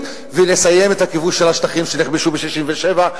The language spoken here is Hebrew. ולסיים את הכיבוש של השטחים שנכבשו ב-67',